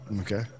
Okay